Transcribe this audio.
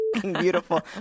beautiful